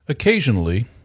Occasionally